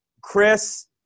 Chris